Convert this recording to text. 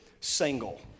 single